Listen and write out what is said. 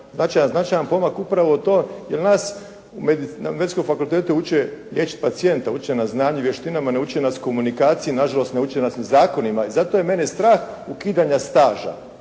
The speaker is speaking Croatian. značajan pomak upravo to jer nas na Medicinskom fakultetu uče riječ “pacijent“ a uče nas znanju, vještinama. Ne uče nas komunikaciji, na žalost ne uče nas ni zakonima. Zato je mene strah ukidanja staža.